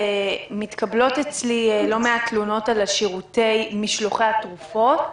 מתקבלות אצלי לא מעט תלונות על שירותי משלוחי התרופות,